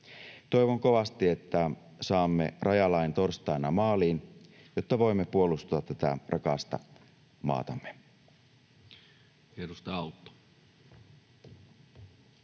Toivon kovasti, että saamme rajalain torstaina maaliin, jotta voimme puolustaa tätä rakasta maatamme.